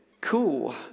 Cool